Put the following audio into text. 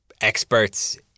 experts